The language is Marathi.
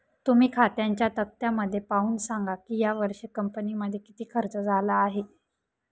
तुम्ही खात्यांच्या तक्त्यामध्ये पाहून सांगा की यावर्षी कंपनीमध्ये किती खर्च झाला आहे